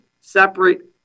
separate